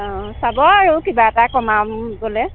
অঁ চাব আৰু কিবা এটা কমাবলৈ